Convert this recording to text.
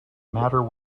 matter